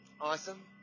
Awesome